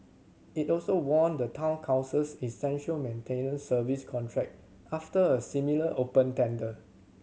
it also won the Town Council's essential maintenance service contract after a similar open tender